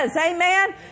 amen